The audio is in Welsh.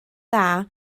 dda